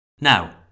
Now